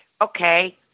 okay